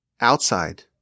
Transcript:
outside